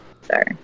Sorry